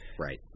Right